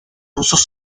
rusos